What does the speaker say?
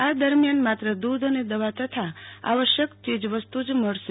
આ દરમિયાન માત્ર દૃધ અને દવા તથા આવશ્યક ચીજ વસ્તુ જ મળશે